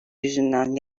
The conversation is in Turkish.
yüzünden